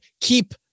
keep